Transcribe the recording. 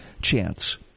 chance